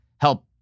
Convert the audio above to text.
help